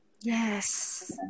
Yes